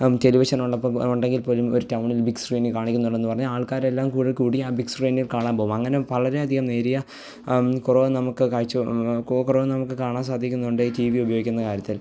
ടെലിവിഷനുള്ളപ്പം ആ ഉണ്ടെങ്കിൽപ്പോലും ഒരു ടൗണിൽ ബിഗ് സ്ക്രീനിൽ കാണിക്കുന്നുണ്ടെന്ന് പറഞ്ഞാൽ ആൾക്കാരെല്ലാം കൂടെ കൂടി ആ ബിഗ് സ്ക്രീനിൽ കാണാൻ പോവും അങ്ങനെ വളരെ അധികം നേരിയ കുറവ് നമുക്ക് കാഴ്ച കുറവ് നമുക്ക് കാണാൻ സാധിക്കുന്നുണ്ട് ടി വി ഉപയോഗിക്കുന്ന കാര്യത്തിൽ